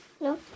No